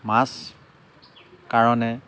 মাছ কাৰণে